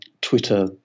Twitter